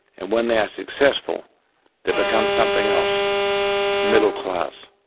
and when they are successful they become something else middle class.